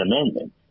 Amendment